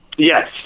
Yes